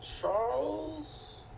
Charles